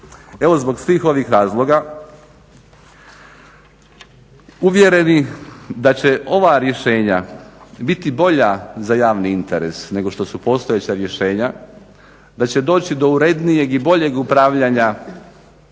Evo zbog svih ovih razloga uvjereni da će ova rješenja biti bolja za javni interes nego što su postojeća rješenja, da će doći do urednijeg i boljeg upravljanja